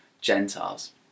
Gentiles